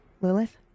Lilith